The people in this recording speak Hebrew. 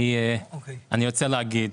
דבר אחד אני רוצה להגיד.